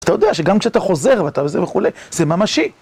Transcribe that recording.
אתה יודע שגם כשאתה חוזר ואתה וזה וכולי, זה ממשי.